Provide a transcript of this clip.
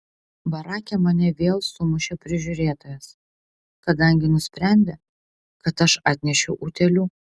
barake mane vėl sumušė prižiūrėtojas kadangi nusprendė kad aš atnešiau utėlių